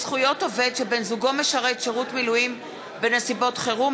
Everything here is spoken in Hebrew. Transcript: זכויות עובד שבן-זוגו משרת שירות מילואים בנסיבות חירום),